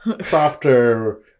softer